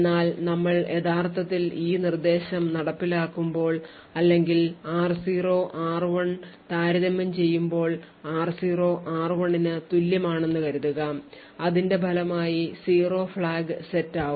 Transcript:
എന്നാൽ നമ്മൾ യഥാർത്ഥത്തിൽ ഈ നിർദ്ദേശം നടപ്പിലാക്കുമ്പോൾ അല്ലെങ്കിൽ r0 r1 താരതമ്യം ചെയ്യുമ്പോൾ r0 r1 ന് തുല്യമാണെന്ന് കരുതുക അതിന്റെ ഫലമായി zero ഫ്ലാഗ് set ആവും